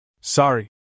Sorry